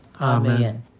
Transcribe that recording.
Amen